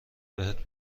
بهت